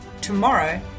tomorrow